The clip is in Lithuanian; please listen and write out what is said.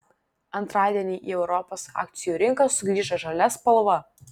antradienį į europos akcijų rinką sugrįžo žalia spalva